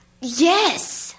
Yes